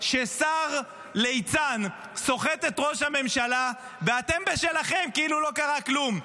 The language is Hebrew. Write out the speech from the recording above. ששר ליצן סוחט את ראש הממשלה ואתם בשלכם כאילו לא קרה כלום?